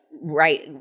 right